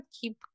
keep